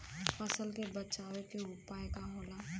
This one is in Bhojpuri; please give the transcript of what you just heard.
फसल के बचाव के उपाय का होला?